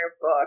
book